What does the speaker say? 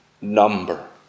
number